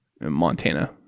montana